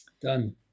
Done